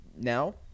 now